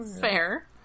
Fair